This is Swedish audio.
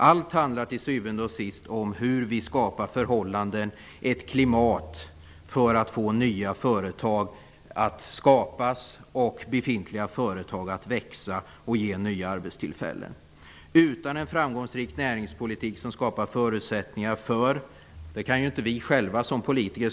Allt handlar till syvende och sist om hur vi skapar förhållanden och ett klimat för att få nya företag att bildas och befintliga företag att växa och ge nya arbetstillfällen. Vi själva som politiker kan inte skapa nya arbetstillfällen.